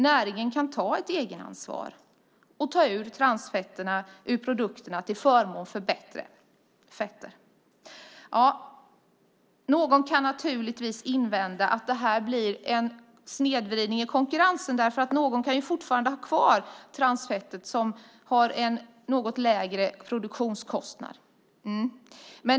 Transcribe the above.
Näringen kan ta ett egenansvar och ta ut transfetterna ur produkterna till förmån för bättre fetter. Någon kan naturligtvis invända att det här blir en snedvridning i konkurrensen eftersom någon fortfarande kan ha kvar transfettet som har en något lägre produktionskostnad.